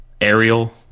Ariel